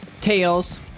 tails